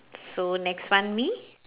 so next one me